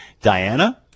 Diana